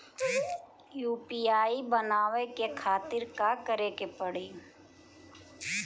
UPI बनावे के खातिर का करे के पड़ी?